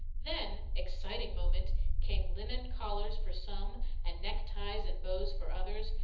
then exciting moment came linen collars for some and neckties and bows for others,